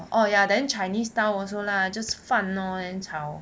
orh ya then chinese style also lah just 饭 lor then 炒